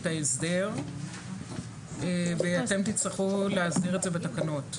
ההסדר ואתם תצטרכו להסדיר את זה בתקנות.